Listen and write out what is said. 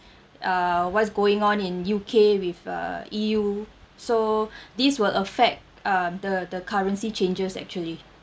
uh what's going on in U_K with uh E_U so this will affect uh the the currency changes actually